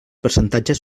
percentatges